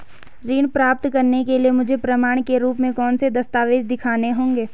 ऋण प्राप्त करने के लिए मुझे प्रमाण के रूप में कौन से दस्तावेज़ दिखाने होंगे?